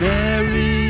Mary